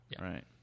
right